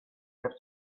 have